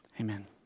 Amen